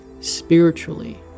spiritually